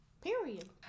period